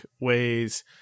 ways